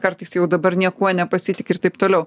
kartais jau dabar niekuo nepasitiki ir taip toliau